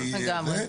לגמרי.